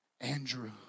Andrew